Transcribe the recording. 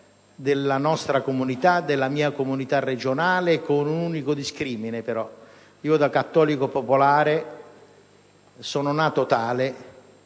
della nostra comunità e della mia comunità regionale, con un unico discrimine però: sono nato cattolico popolare e come tale